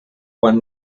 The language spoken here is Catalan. quan